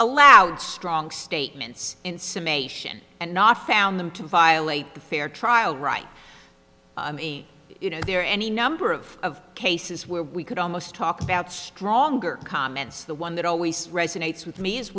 allowed strong statements in summation and not found them to violate the fair trial right you know there are any number of cases where we could almost talk about stronger comments the one that always resonates with me